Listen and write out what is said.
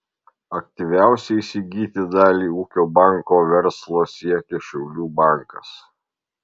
aktyviausiai įsigyti dalį ūkio banko verslo siekia šiaulių bankas